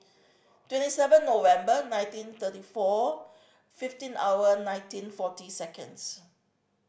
twenty seven November nineteen thirty four fifteen hour nineteen forty seconds